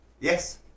yes